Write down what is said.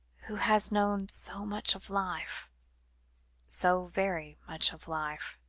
who has known so much of life so very much of life.